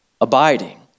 abiding